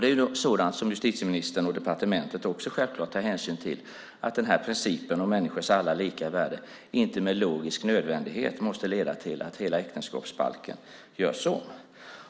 Det är sådant som justitieministern och departementet självfallet tar hänsyn till; principen om alla människors lika värde måste inte med logisk nödvändighet leda till att hela äktenskapsbalken görs om.